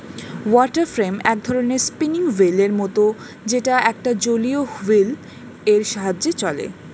water frame এক ধরণের spinning wheel এর মতন যেটা একটা জলীয় হুইল এর সাহায্যে চলে